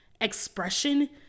expression